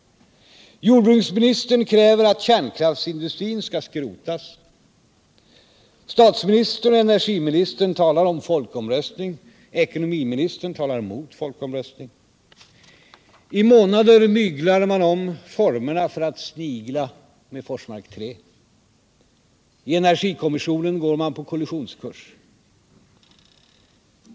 Jordbruksministern kräver att kärnkraftsindustrin skall skrotas. Statsministern och energiministern talar om folkomröstning. Ekonomiministern talar mot folkomröstning. I månader myglar man om formerna för att snigla med Forsmark 3. I energikommissionen går man på kollisionskurs.